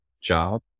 job